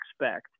expect